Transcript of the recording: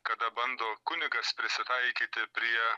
kada bando kunigas prisitaikyti prie